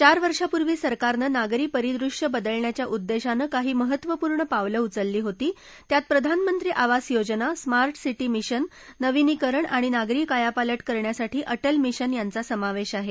चार वर्षापूर्वी सरकारनं नागरी परीदृश्य बदलण्याच्या उद्देशानं काही महत्त्वपूर्ण पावलं उचलली होती त्यात प्रधानमंत्री आवास योजना स्मार्ट सिटी मिशन नविनीकरन आणि नागरी कायापालट करण्यासाठी अटल मिशन यांचा समावेश आहे